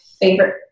favorite